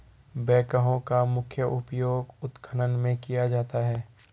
backhoe का मुख्य उपयोग उत्खनन में किया जाता है